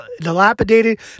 dilapidated